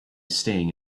staying